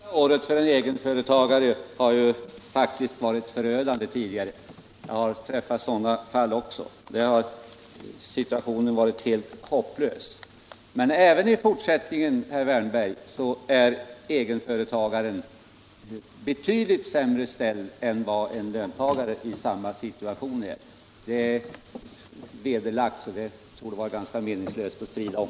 Herr talman! Det första året för en egenföretagare var ju faktiskt tidigare förödande. Jag har påträffat också sådana fall. Situationen har i dessa fall varit helt hopplös. Men även i fortsättningen är, herr Wärnberg, egenföretagaren betydligt sämre ställd än löntagaren i samma situation. Det är klarlagt, och den saken är det meningslöst att strida om.